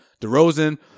DeRozan